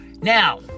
now